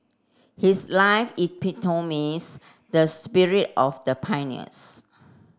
his life epitomised the spirit of the pioneers